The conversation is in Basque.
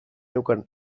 neukan